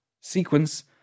sequence